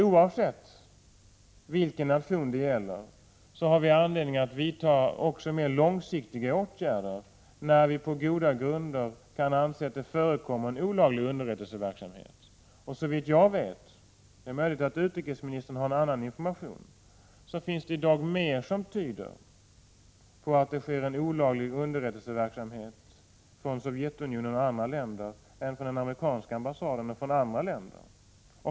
Oavsett vilken nation det gäller har vi anledning att vidta mer långsiktiga åtgärder när vi på goda grunder kan anse att det förekommer en olaglig underrättelseverksamhet. Såvitt jag vet — det är möjligt att utrikesministern har någon annan information — finns det i dag mer som tyder på att det sker en olaglig underrättelseverksamhet från de sovjetiska och amerikanska ambassaderna och även från andra länders ambassader.